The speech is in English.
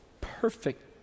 perfect